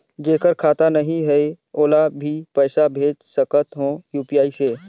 जेकर खाता नहीं है ओला भी पइसा भेज सकत हो यू.पी.आई से?